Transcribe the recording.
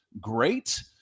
great